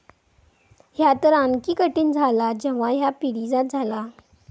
ह्या तर आणखी कठीण झाला जेव्हा ह्या पिढीजात झाला